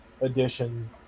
edition